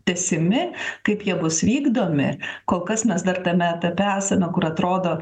tęsimi kaip jie bus vykdomi kol kas mes dar tame etape esame kur atrodo